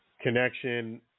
connection